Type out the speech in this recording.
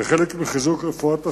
כחלק מחיזוק רפואת השדה,